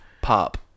Pop